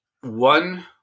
one